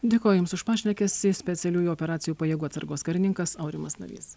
dėkoju jums už pašnekesį specialiųjų operacijų pajėgų atsargos karininkas aurimas navys